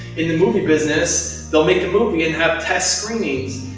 in the movie business, they'll make a movie, and have test screenings,